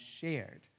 shared